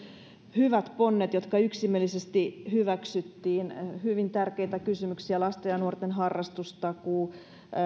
hyvät ponnet jotka yksimielisesti hyväksyttiin hyvin tärkeitä kysymyksiä lasten ja nuorten harrastustakuu